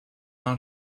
out